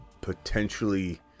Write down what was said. Potentially